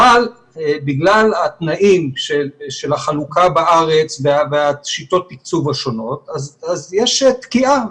אבל בגלל התנאים של החלוקה בארץ ושיטות התקצוב השונות אז יש תקיעה.